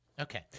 Okay